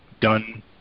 done